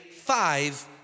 five